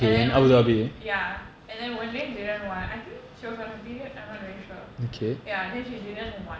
and then wen lin ya and then wen lin didn't want I think she was on her period I'm not really sure ya and then she didn't want